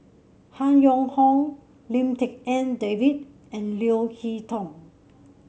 Han Yong Hong Lim Tik En David and Leo Hee Tong